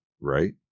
Right